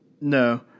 No